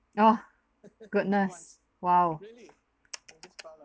oh goodness !wow!